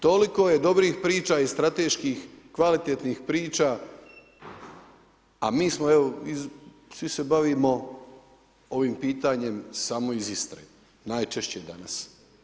Toliko je dobrih priča i strateških, kvalitetnih priča a mi smo evo svi se bavimo ovim pitanjem samo iz Istre, najčešće danas.